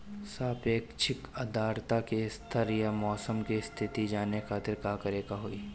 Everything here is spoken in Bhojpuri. सापेक्षिक आद्रता के स्तर या मौसम के स्थिति जाने खातिर करे के होई?